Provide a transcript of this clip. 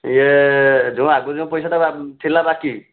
ଇଏ ଯେଉଁ ଆଗରୁ ଯେଉଁ ପଇସାଟା ଥିଲା ବାକି